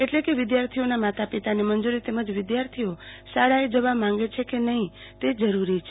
એટલે કે વિદ્યાર્થીઓના માતા પિતાની મંજૂરી તેમજ વિદ્યાર્થીઓ શાળાએ જવા માંગે છે કે નહી તે જરૂરી છે